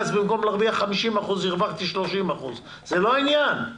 אז במקום להרוויח 50% הרווחתי 30%. זה לא העניין.